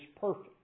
perfect